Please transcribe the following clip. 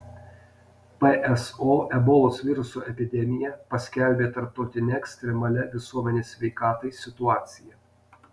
pso ebolos viruso epidemiją paskelbė tarptautine ekstremalia visuomenės sveikatai situacija